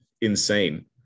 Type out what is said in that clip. insane